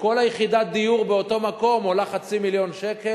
כשכל יחידת הדיור באותו מקום עולה חצי מיליון שקל,